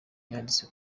yanditse